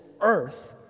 earth